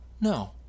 no